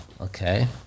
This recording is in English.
Okay